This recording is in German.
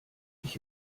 ich